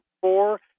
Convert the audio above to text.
four